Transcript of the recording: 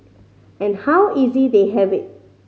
and how easy they have it